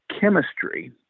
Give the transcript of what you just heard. chemistry